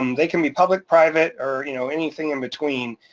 um they can be public, private or you know anything in between.